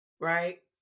right